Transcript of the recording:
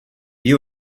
you